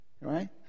Right